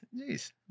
jeez